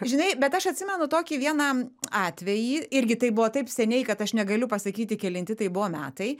žinai bet aš atsimenu tokį vieną atvejį irgi tai buvo taip seniai kad aš negaliu pasakyti kelinti tai buvo metai